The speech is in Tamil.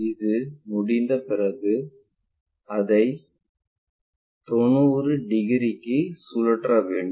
இது முடிந்த பிறகு அதை 90 டிகிரிக்கு சுழற்ற வேண்டும்